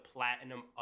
Platinum